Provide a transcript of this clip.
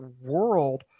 world